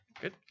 Good